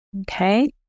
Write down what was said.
Okay